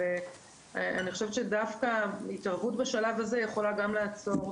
אני חושבת שדווקא התערבות בשלב הזה יכולה גם לעצור,